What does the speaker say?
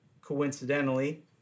Coincidentally